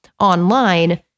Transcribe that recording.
online